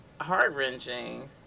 heart-wrenching